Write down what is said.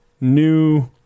new